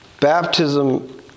Baptism